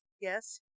Yes